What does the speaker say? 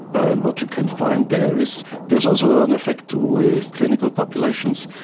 and what you can find there is there's also an effect with clinical populations,